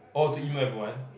oh to email everyone